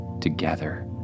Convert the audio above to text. together